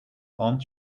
haunt